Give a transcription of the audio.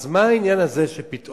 אז מה זה העניין הזה שפתאום